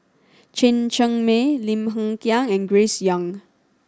Chen Cheng Mei Lim Hng Kiang and Grace Young